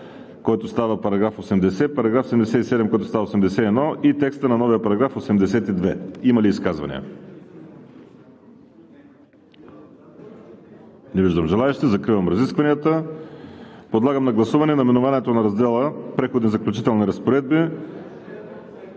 който става § 80; § 77, който става § 81, и текста на новия § 82. Има ли изказвания? Не виждам желаещи. Закривам разискванията. Подлагам на гласуване наименованието на раздела Преходни и заключителни разпоредби;